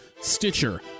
stitcher